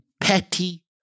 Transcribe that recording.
petty